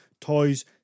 toys